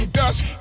dusk